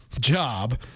job